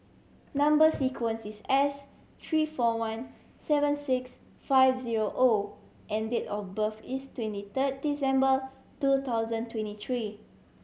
number sequence is S three four one seven six five zero O and date of birth is twenty third December two thousand twenty three